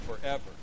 forever